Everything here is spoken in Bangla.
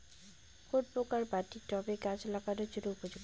কোন প্রকার মাটি টবে গাছ লাগানোর জন্য উপযুক্ত?